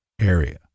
area